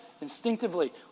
instinctively